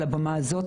על הבמה הזאת,